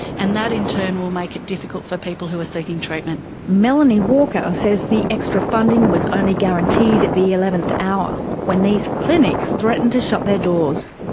and that in turn will make it difficult for people who are seeking treatment. melanie walker says the extra funding was only guaranteed at the eleventh hour when these clinics threatened to shut their doors.